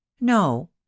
No